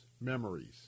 memories